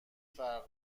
فرق